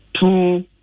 two